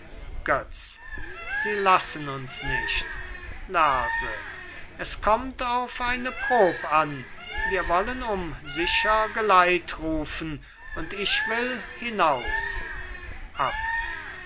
götz sie lassen uns nicht lerse es kommt auf eine prob an wir wollen um sicher geleit rufen und ich will hinaus